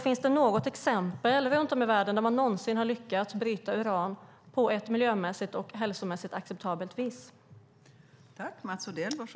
Finns det något exempel runt om i världen där man någonsin har lyckats bryta uran på ett miljö och hälsomässigt acceptabelt vis?